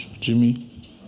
Jimmy